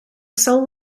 soul